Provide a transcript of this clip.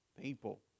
people